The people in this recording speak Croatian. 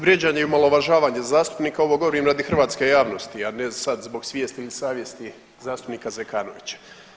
Vrijeđanje i omalovažavanje zastupnika, ovo govorim radi hrvatske javnosti a ne sad zbog svijesti ili savjesti zastupnika Zekanovića.